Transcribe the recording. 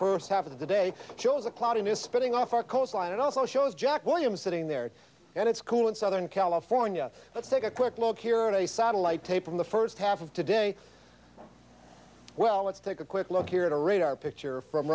first half of the day shows a cloudiness spinning off our coastline and also shows jack williams sitting there and it's cool in southern california let's take a quick look here at a satellite tape from the first half of today well let's take a quick look here at a radar picture from